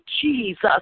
Jesus